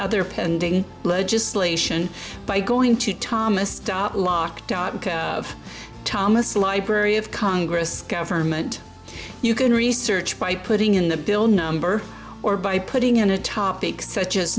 other pending legislation by going to thomas dot locked out of thomas library of congress government you can research by putting in the bill number or by putting in a topic such as